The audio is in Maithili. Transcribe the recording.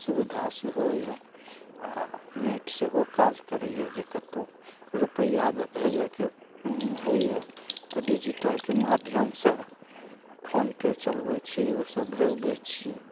सुविधा सेहो यऽ आओर नेट सेहो काज करइए जे कतहु रुपैआ भेजयके होइए तऽ डिजिटलके माध्यमसँ फोन पे चलबय छी ओइसँ भेज दै छियै